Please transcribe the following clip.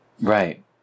Right